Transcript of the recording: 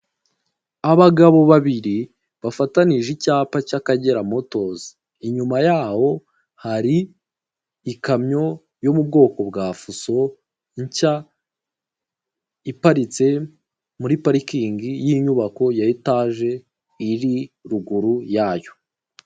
Abagabo babiri bafatanije icyapa cy'akagera motozi inyuma yaho hari ikamyo yo mu bwoko bwafuso nshya iparitse muri parikingi y'inyubako ya etage iri ruguru yayo.